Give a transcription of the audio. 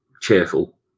cheerful